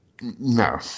No